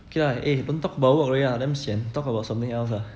okay lah eh don't talk about work already lah damn sian talk about something else lah